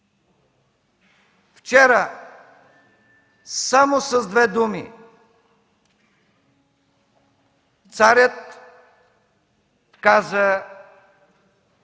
Вчера само с две думи царят каза